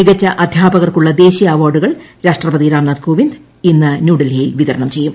മികച്ച അദ്ധ്യാപകർക്കുള്ള ദേശീയ അവാർഡുകൾ രാഷ്ട്രപതി രാംനാഥ് കോവിന്ദ് ഇന്ന് ന്യൂഡൽഹിയിൽ വിതരണം ഉചയ്യും